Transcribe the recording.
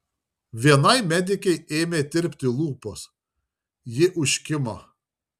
vienai medikei ėmė tirpti lūpos ji užkimo